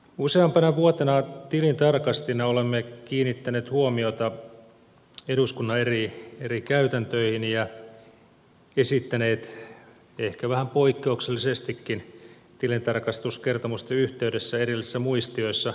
useampana vuotena olemme tilintarkastajina kiinnittäneet huomiota eduskunnan eri käytäntöihin ja esittäneet ehkä vähän poikkeuksellisestikin tilintarkastuskertomusten yhteydessä erillisissä muistioissa kehittämisvaateita